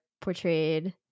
portrayed